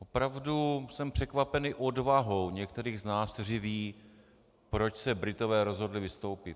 Opravdu jsem překvapený odvahou některých z nás, kteří vědí, proč se Britové rozhodli vystoupit.